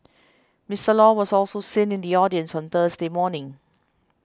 Mister Law was also seen in the audience on Thursday morning